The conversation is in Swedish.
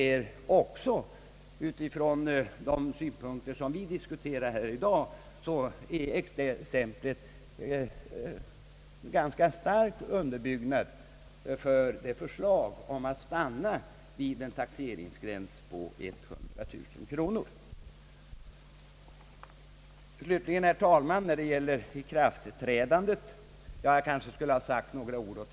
även utifrån de synpunkter som vi diskuterar här i dag är exemplet ett starkt underbyggt argument för förslaget om att stanna vid en taxeringsgräns på 100 000 kronor, Slutligen, herr talman, skulle jag vilja säga några ord till herr Lundberg innan jag berör ikraftträdandet.